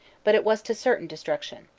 but it was to certain destruction.